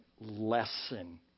lesson